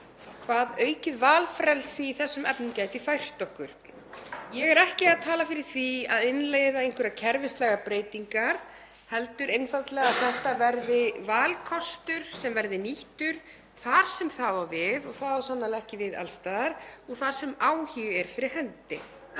hvað aukið valfrelsi í þessum efnum gæti fært okkur. Ég er ekki að tala fyrir því að innleiða einhverjar kerfislegar breytingar heldur einfaldlega að þetta verði valkostur sem verði nýttur þar sem það á við, og það á sannarlega ekki við alls staðar, og þar sem áhugi er fyrir hendi,